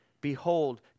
behold